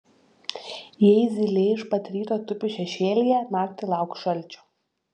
jei zylė iš pat ryto tupi šešėlyje naktį lauk šalčio